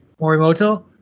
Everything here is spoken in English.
Morimoto